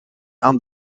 aan